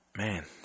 man